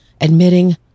admitting